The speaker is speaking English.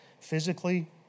physically